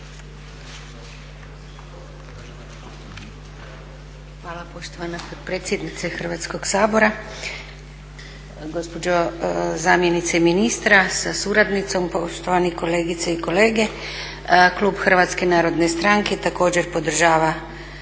Hvala poštovana potpredsjednice Hrvatskog sabora. Gospođo zamjenice ministra sa suradnicom, poštovane kolegice i kolege. Klub HNS-a također podržava